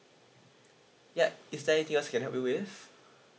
ya is that anything else can help you with